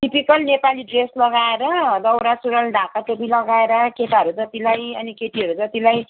typical Nepali dress लगाएर दौरा सुरुवाल ढाका टोपी लगाएर केटाहरू जतिलाई अनि केटीहरू जतिलाई